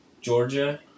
Georgia